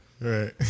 Right